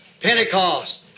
Pentecost